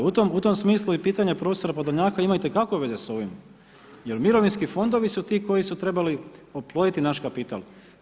U tom smislu i pitanje profesora Podolnjaka ima itekako veze s ovim jer mirovinski fondovi su ti koji su trebali oploditi naš kapital.